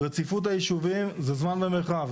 רציפות הישובים זה זמן ומרחב.